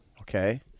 Okay